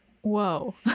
whoa